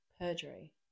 perjury